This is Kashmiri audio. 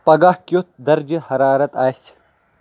پگاہ کیُتھ درجہِ حرارت آسہِ